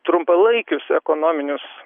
trumpalaikius ekonominius